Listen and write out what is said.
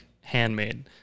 handmade